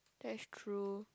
that's true